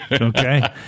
Okay